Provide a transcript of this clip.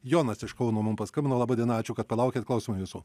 jonas iš kauno mum paskambino laba diena ačiū kad palaukėt klausome jūsų